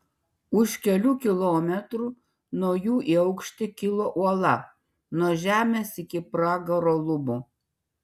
už kelių kilometrų nuo jų į aukštį kilo uola nuo žemės iki pragaro lubų